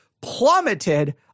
plummeted